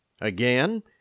Again